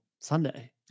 Sunday